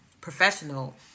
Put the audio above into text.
professional